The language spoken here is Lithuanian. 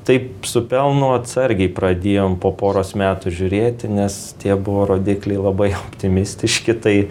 taip su pelnu atsargiai pradėjom po poros metų žiūrėti nes tie buvo rodikliai labai optimistiški tai